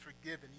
forgiven